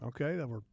okay